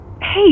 Hey